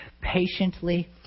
patiently